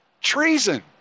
treason